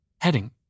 Heading